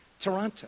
Toronto